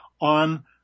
on